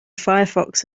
firefox